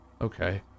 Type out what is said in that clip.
okay